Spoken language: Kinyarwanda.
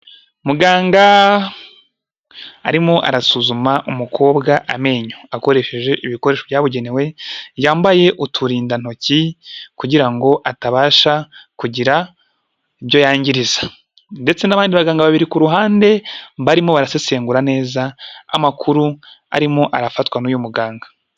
Muganga arimo arasuzuma umukobwa amenyo akoresheje ibikoresho byabugenewe, yambaye uturindantoki kugira ngo atabasha kugira ibyo yangiriza, ndetse n'abandi baganga babiri ku ruhande barimo barasesengura neza amakuru arimo arafatwa n'uyu muganga.